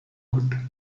could